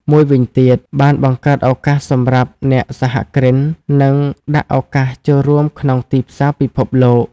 មួយវិញទៀត បានបង្កើតឱកាសសំរាប់អ្នកសហគ្រិន និងដាក់ឱកាសចូលរួមក្នុងទីផ្សារពិភពលោក។